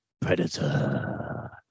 Predator